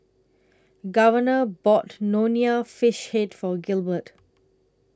Governor bought Nonya Fish Head For Gilbert